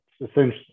essentially